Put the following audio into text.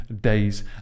days